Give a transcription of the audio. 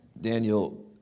Daniel